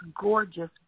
gorgeous